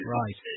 right